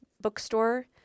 bookstore